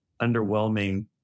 underwhelming